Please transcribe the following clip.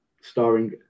starring